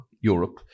Europe